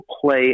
play